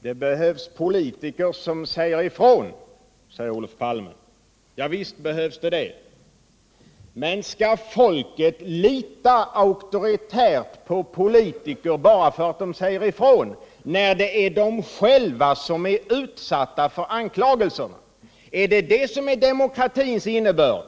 Herr talman! Det behövs politiker som säger ifrån, menar Olof Palme. Ja, visst behövs det. Men skall folket auktoritärt lita på politiker bara för att de säger ifrån när det är de själva som är utsatta för anklagelser? Är det demokratins innebörd